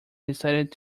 decided